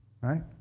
Right